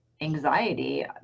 anxiety